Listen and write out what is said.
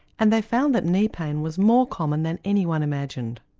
and they found that knee pain was more common that anyone imagined.